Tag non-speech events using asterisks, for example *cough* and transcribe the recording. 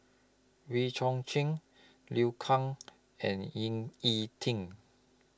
Wee Chong Jin Liu Kang *noise* and Ying E Ding